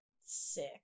sick